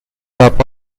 top